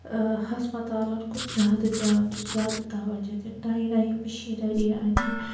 ہَسپَتالَن کُن زیادٕ دیان دِیُن زیادٕ تَوَجہ دِیُن نَیے نَیے مِشینٔری اَننہِ